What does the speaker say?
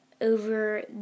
over